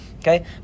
Okay